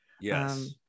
yes